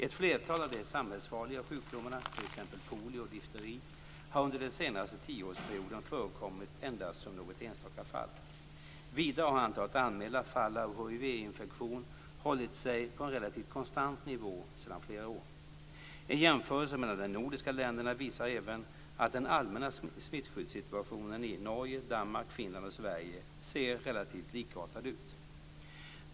Ett flertal av de samhällsfarliga sjukdomarna, t.ex. polio och difteri, har under den senaste tioårsperioden förekommit endast som något enstaka fall. Vidare har antalet anmälda fall av hivinfektion hållit sig på en relativt konstant nivå sedan flera år. En jämförelse mellan de nordiska länderna visar även att den allmänna smittskyddssituationen i Norge, Danmark, Finland och Sverige ser relativt likartad ut.